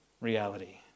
reality